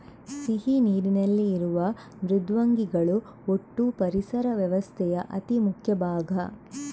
ಸಿಹಿ ನೀರಿನಲ್ಲಿ ಇರುವ ಮೃದ್ವಂಗಿಗಳು ಒಟ್ಟೂ ಪರಿಸರ ವ್ಯವಸ್ಥೆಯ ಅತಿ ಮುಖ್ಯ ಭಾಗ